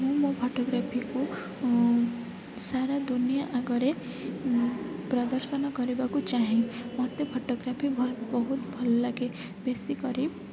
ମୁଁ ମୋ ଫଟୋଗ୍ରାଫିକୁ ସାରା ଦୁନିଆ ଆଗରେ ପ୍ରଦର୍ଶନ କରିବାକୁ ଚାହେଁ ମୋତେ ଫଟୋଗ୍ରାଫି ବହୁତ ଭଲ ଲାଗେ ବେଶୀ କରି